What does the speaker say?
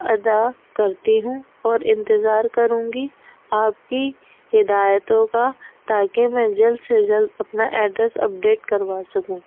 ادا کرتی ہوں اور انتظار کروں گی آپ کی ہدایتوں کا تاکہ میں جلد سے جلد اپنا ایڈریس اپڈیٹ کروا سکوں